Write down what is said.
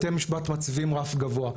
בתי משפט מציבים רף גבוה,